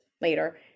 later